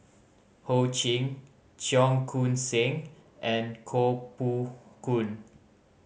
Ho Ching Cheong Koon Seng and Koh Poh Koon